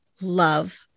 love